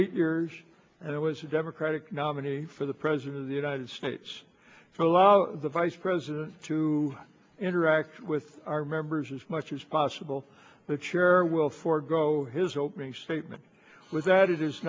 eight years and it was a democratic nominee for the president of the united states for allow the vice president to interact with our members as much as possible but sure will forgo his opening statement was